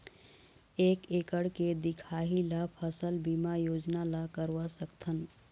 एक एकड़ के दिखाही ला फसल बीमा योजना ला करवा सकथन?